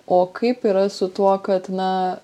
o kaip yra su tuo kad na